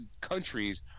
Countries